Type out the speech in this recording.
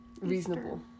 reasonable